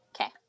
okay